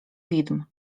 widm